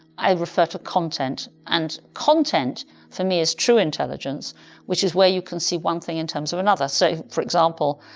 i refer to content, and content for me is true intelligence which is where you can see one thing in terms of another. so for example,